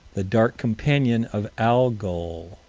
the dark companion of algol,